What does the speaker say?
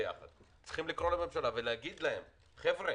ביחד צריכים לקרוא לממשלה ולהגיד להם: חבר'ה,